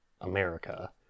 America